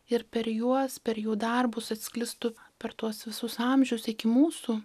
ir per juos per jų darbus atsklistų per tuos visus amžius iki mūsų